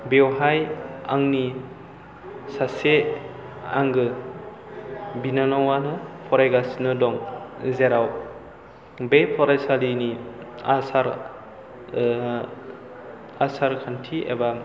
बेवहाय आंनि सासे आंगो बिनानावानो फरायगासिनो दं जेराव बे फरायसालिनि आसार आसार खान्थि एबा